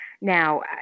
now